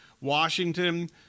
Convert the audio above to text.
Washington